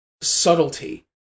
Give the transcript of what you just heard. subtlety